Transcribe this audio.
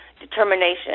determination